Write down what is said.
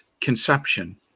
conception